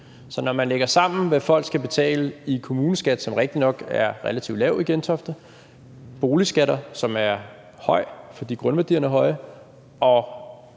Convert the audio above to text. Så når man lægger sammen, hvad folk skal betale i kommuneskat, som rigtig nok er relativt lav i Gentofte, med boligskatterne, som er høje, fordi grundværdierne er høje, og